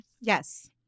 yes